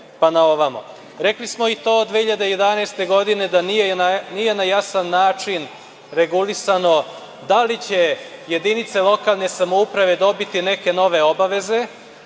pa na ovamo. Rekli smo i to 2011. godine da nije na jasan način regulisano da li će jedinice lokalne samouprave dobiti neke nove obaveze